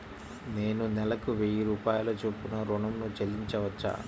నేను నెలకు వెయ్యి రూపాయల చొప్పున ఋణం ను చెల్లించవచ్చా?